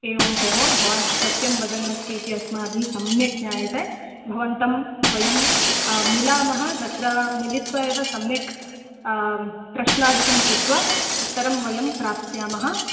एवं भोः भवान् असत्यं वदन्नस्ति इति अस्माभिः सम्यक् ज्ञायते भवन्तं वयं मिलामः तत्र मिलित्वा एव सम्यक् प्रश्नादिकं कृत्वा उत्तरं वयं प्राप्स्यामः